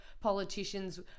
politicians